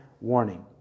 warning